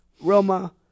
Roma